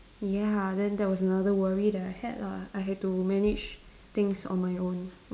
ya then that was another worry that I had lah I had to manage things on my own